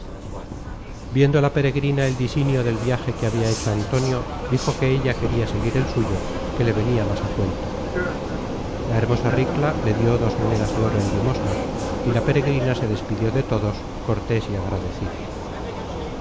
viendo la peregrina el disinio del viaje que habia hecho antonio dijo que ella queria seguir el suyo que le venia más á cuento la hermosa ricla le dió dos monedas de oro en limosna y la peregrina se despidió de todos cortés y agradecida